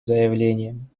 заявлением